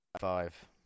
five